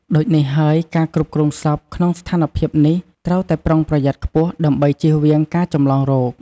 ដូចនេះហើយ ការគ្រប់គ្រងសពក្នុងស្ថានភាពនេះត្រូវតែប្រុងប្រយ័ត្នខ្ពស់ដើម្បីជៀសវាងការចម្លងរោគ។